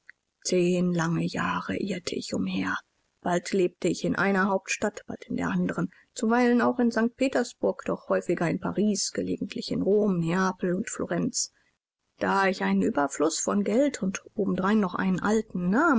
zehn lange jahre irrte ich umher bald lebte ich in einer hauptstadt bald in der anderen zuweilen auch in st petersburg doch häufiger in paris gelegentlich in rom neapel und florenz da ich einen überfluß von geld und obendrein noch einen alten namen